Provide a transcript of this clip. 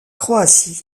croatie